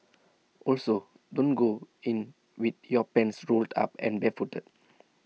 also don't go in with your pants rolled up and barefooted